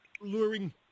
luring